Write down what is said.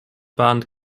band